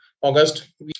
August